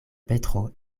petro